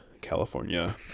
California